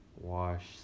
Wash